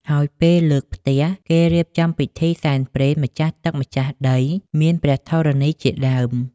ហើយពេលលើកផ្ទះ គេរៀបចំពិធីសែនព្រេនម្ចាស់ទឹក ម្ចាស់ដី មានព្រះធរណីជាដើម។